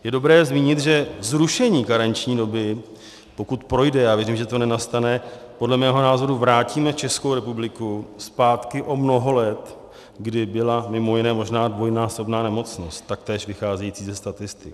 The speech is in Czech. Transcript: Je dobré zmínit, že zrušením karenční doby, pokud projde, já věřím, že to nenastane, podle mého názoru vrátíme Českou republiku zpátky o mnoho let, kdy byla mimo jiné možná dvojnásobná nemocnost, taktéž vycházející ze statistik.